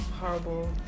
horrible